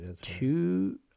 two